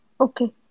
Okay